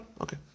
okay